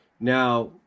Now